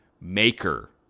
maker